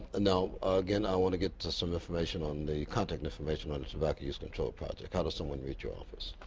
now, again, i want to get to some of the information on the contact information on the tobacco use control project. how does someone reach your office?